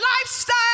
lifestyle